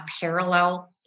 parallel